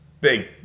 big